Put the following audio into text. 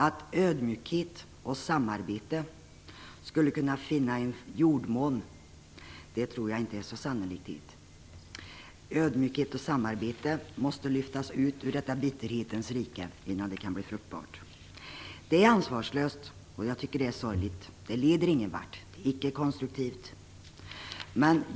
Att ödmjukhet och samarbete skulle kunna finna jordmån tror jag inte är så sannolikt. Ödmjukhet och samarbete måste lyftas ut ur detta bitterhetens rike innan det kan bli fruktbart. Det är ansvarslöst, och jag tycker att det är sorgligt. Det leder ingen vart. Det är icke konstruktivt.